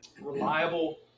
reliable